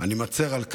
אני מצר על כך,